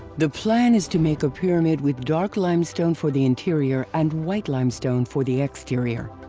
the plan is to make a pyramid with dark limestone for the interior and white limestone for the exterior.